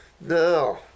No